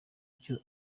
icyo